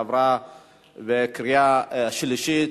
עברה בקריאה השלישית,